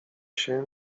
się